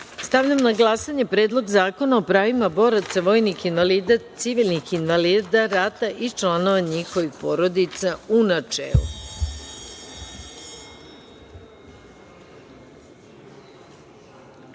celini. Stavljam na glasanje Predlog zakona o pravima boraca, vojnih invalida, civilnih invalida rata i članova njihovih porodica, u